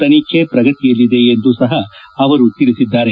ತನಿಖೆ ಪ್ರಗತಿಯಲ್ಲಿದೆ ಎಂದು ಸಹ ಅವರು ತಿಳಿಸಿದ್ದಾರೆ